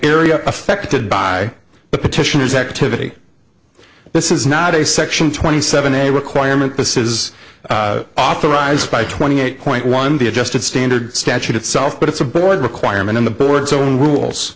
area affected by the petitioners activity this is not a section twenty seven a requirement this is authorized by twenty eight point one be adjusted standard statute itself but it's a board requirement in the board's own rules